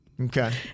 Okay